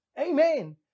amen